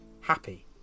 happy